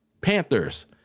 Panthers